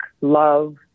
love